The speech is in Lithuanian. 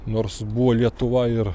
nors buvo lietuva ir